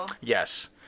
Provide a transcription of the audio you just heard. Yes